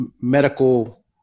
medical